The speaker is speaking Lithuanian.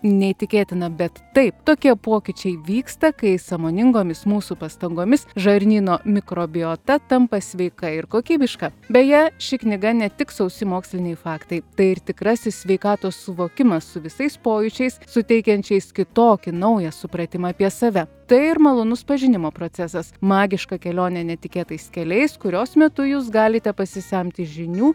neįtikėtina bet taip tokie pokyčiai vyksta kai sąmoningomis mūsų pastangomis žarnyno mikrobiota tampa sveika ir kokybiška beje ši knyga ne tik sausi moksliniai faktai tai ir tikrasis sveikatos suvokimas su visais pojūčiais suteikiančiais kitokį naują supratimą apie save tai ir malonus pažinimo procesas magiška kelionė netikėtais keliais kurios metu jūs galite pasisemti žinių